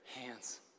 hands